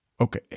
Okay